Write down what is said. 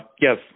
Yes